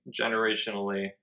generationally